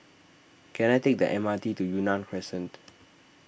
can I take the M R T to Yunnan Crescent